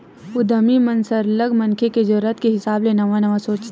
उद्यमी मन सरलग मनखे के जरूरत के हिसाब ले नवा नवा सोचथे